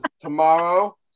Tomorrow